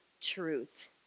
truth